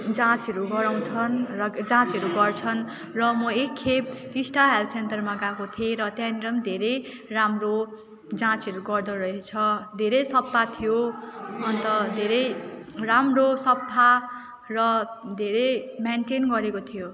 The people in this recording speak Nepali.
जाँचहरू गराउँछन् र जाँचहरू गर्छन् र म एकखेप टिस्टा हेल्थ सेन्टरमा गएको थिएँ र त्यहाँनिर पनि धेरै राम्रो जाँचहरू गर्दोरहेछ धेरै सफा थियो अन्त धेरै राम्रो सफा र धेरै मेन्टेन गरेको थियो